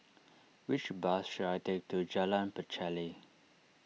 which bus should I take to Jalan Pacheli